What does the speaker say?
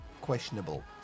questionable